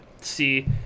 see